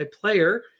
player